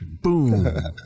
boom